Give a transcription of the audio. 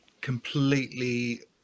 completely